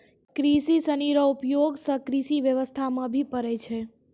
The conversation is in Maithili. किटो सनी रो उपयोग से कृषि व्यबस्था मे भी पड़ै छै